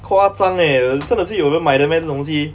夸张 eh 真的是有人买的 meh 这种东西